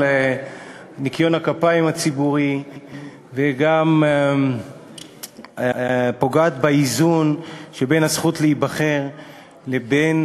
ניקיון הכפיים הציבורי וגם פוגעת באיזון שבין הזכות להיבחר לבין